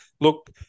look